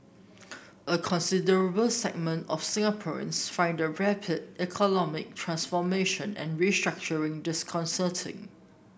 a considerable segment of Singaporeans find the rapid economic transformation and restructuring disconcerting